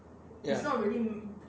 ya